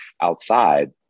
outside